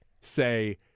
say